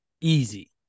easy